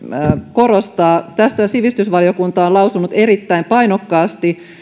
korostaa niin tästä sivistysvaliokunta on lausunut erittäin painokkaasti